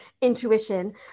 intuition